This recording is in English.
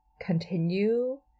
continue